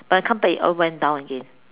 but I come back it all went down again